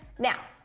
now,